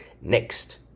Next